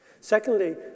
Secondly